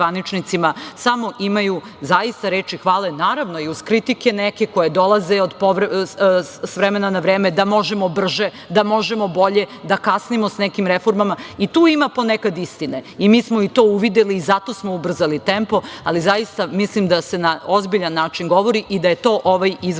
samo imaju zaista reči hvale, naravno i uz kritike neke koje dolaze s vremena na vreme, da možemo brže, da možemo bolje, da kasnimo sa nekim reformama. Tu ima ponekad istine i mi smo to i uvideli i zato smo ubrzali tempo, ali zaista mislim da se na ozbiljan način govori i da je to ovaj izveštaj